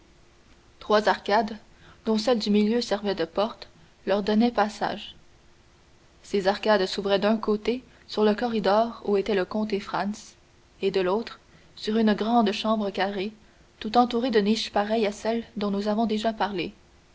trois arcades dont celle du milieu servait de porte leur donnaient passage ces arcades s'ouvraient d'un côté sur le corridor où étaient le comte et franz et de l'autre sur une grande chambre carrée tout entourée de niches pareilles à celles dont nous avons déjà parlé